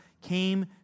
came